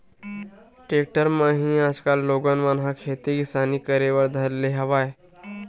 tractor म ही आजकल लोगन मन ह खेती किसानी करे बर धर ले हवय